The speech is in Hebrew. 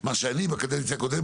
מה שאני בקדנציה הקודמת,